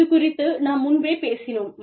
இது குறித்து நாம் முன்பே பேசினோம்